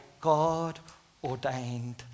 God-ordained